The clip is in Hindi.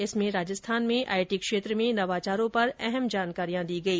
इसमें राजस्थान में आईटी क्षेत्र में नवाचारों पर अहम जानकारियां दी गई